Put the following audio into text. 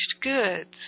goods